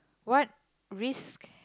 what risk